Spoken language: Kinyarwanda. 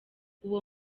uwo